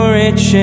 rich